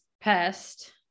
pest